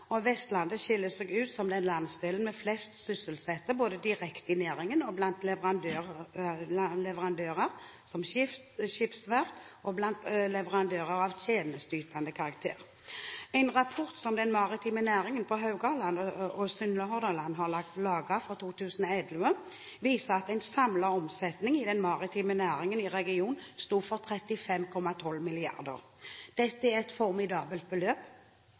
og blant leverandører av tjenesteytende karakter. En rapport for 2011 som den maritime næringen på Haugalandet og i Sunnhordland har laget, viser at samlet omsetning i den maritime næringen i regionen var på 35,12 mrd. kr. Dette er et formidabelt beløp.